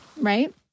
right